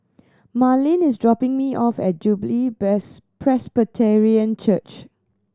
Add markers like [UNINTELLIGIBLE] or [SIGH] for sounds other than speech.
Marlen is dropping me off at Jubilee [UNINTELLIGIBLE] Presbyterian Church